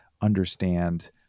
understand